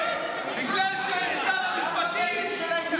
הדין של ההתאחדות אתם שולטים.